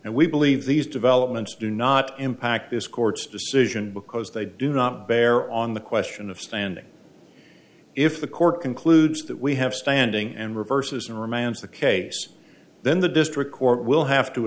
and we believe these developments do not impact this court's decision because they do not bear on the question of standing if the court concludes that we have standing and reverses and remands the case then the district court will have to